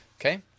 okay